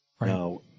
Now